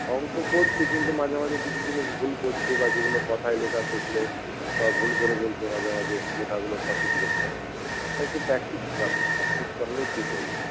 অঙ্ক করছে কিন্তু মাঝে মাঝে কিছু জিনিস ভুল করছে বা যেগুলো কথায় লেখার সেগুলো সব ভুল করে ফেলছে মাঝে মাঝে লেখাগুলো সঠিক লিখছে না একটু প্র্যাকটিস করাতে হবে প্র্যাকটিস করালেই ঠিক হয়ে যাবে